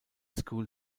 school